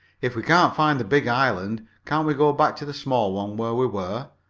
if we can't find the big island, can't we go back to the small one where we were?